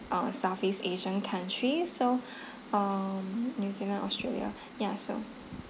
uh southeast asian countries so um new zealand australia ya so